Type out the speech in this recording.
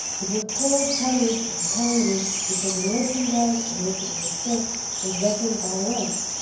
it was called tonnage and poundage because the merchandise on which it was assessed was reckoned by weight,